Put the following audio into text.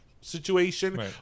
situation